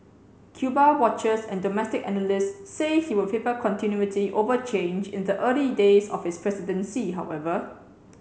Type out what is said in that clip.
Cuba watchers and domestic analysts say he will favor continuity over change in the early days of his presidency however